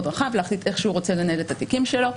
רחב להחליט איך שהוא רוצה לנהל את התיקים שלו,